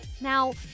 Now